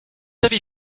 avez